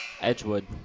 Edgewood